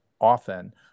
often